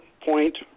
point